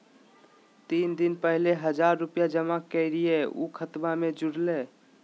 तीन दिन पहले हजार रूपा जमा कैलिये, ऊ खतबा में जुरले?